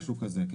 משהו כזה.